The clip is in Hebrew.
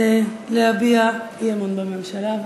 להביע אי-אמון בממשלה.